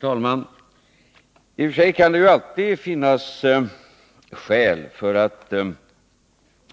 Herr talman! I och för sig kan det ju alltid finnas skäl att